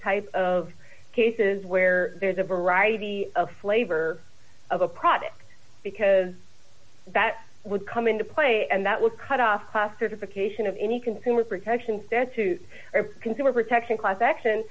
type of cases where there's a variety of flavor of a product because that would come into play and that would cut off classification of any consumer protection statute consumer protection class action